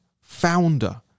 founder